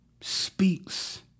speaks